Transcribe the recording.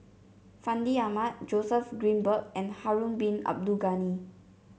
Fandi Ahmad Joseph Grimberg and Harun Bin Abdul Ghani